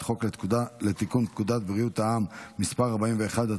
חוק לתיקון פקודת בריאות העם (מס' 41),